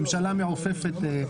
ממשלה מעופפת.